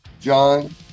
John